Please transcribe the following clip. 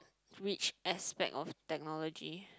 which aspect of technology